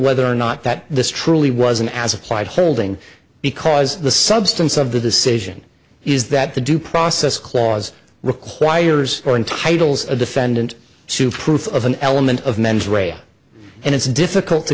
whether or not that this truly was an as applied holding because the substance of the decision is that the due process clause requires or entitles a defendant to proof of an element of mens rea and it's difficult to